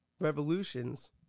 revolutions